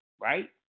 right